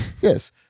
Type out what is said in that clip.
Yes